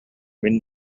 мин